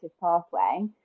pathway